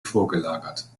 vorgelagert